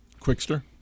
Quickster